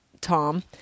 Tom